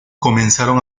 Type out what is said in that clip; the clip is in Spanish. comenzaron